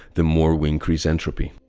the more we increase entropy.